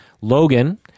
Logan